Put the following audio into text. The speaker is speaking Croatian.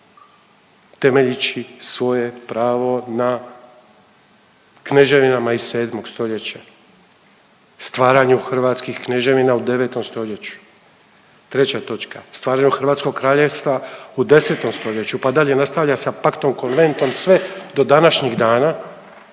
Temeljeći svoje pravo na kneževinama iz 7. stoljeća, stvaranju hrvatskih kneževina u 9. stoljeću. Treća točka, stvaranju Hrvatskog Kraljevstva u 10. stoljeću, pa dalje nastavlja sa Pactom conventom sve do današnjih dana.